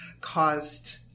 caused